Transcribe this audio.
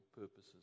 purposes